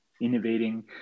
innovating